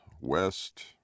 west